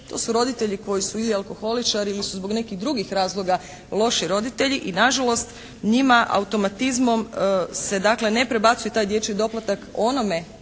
To su roditelji koji su ili alkoholičari ili su zbog nekih drugih razloga loši roditelji i nažalost njima automatizmom se dakle ne prebacuje taj dječji doplatak onome